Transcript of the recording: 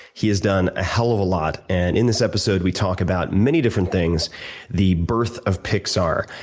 he has done a hell of a lot, and in this episode we talk about many different things the birth of pixar,